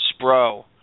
Spro